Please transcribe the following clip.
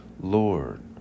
Lord